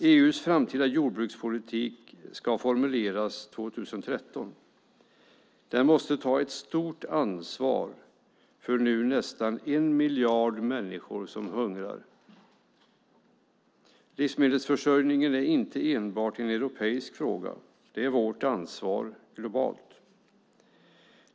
EU:s framtida jordbrukspolitik ska formuleras 2013. Den måste ta ett stort ansvar för nu nästan en miljard människor som hungrar. Livsmedelsförsörjningen är inte enbart en europeisk fråga. Där är vårt ansvar globalt.